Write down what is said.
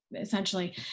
essentially